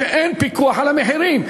שאין פיקוח על המחירים.